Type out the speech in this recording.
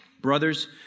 Brothers